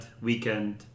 weekend